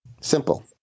Simple